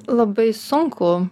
labai sunku